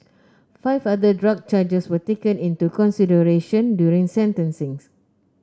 five other drug charges were taken into consideration during sentencing